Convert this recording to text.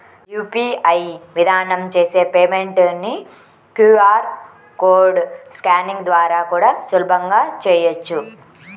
UPI విధానం చేసే payment ని క్యూ.ఆర్ కోడ్ స్కానింగ్ ద్వారా కూడా సులభంగా చెయ్యొచ్చు